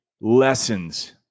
lessons